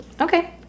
Okay